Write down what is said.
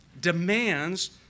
demands